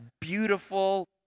beautiful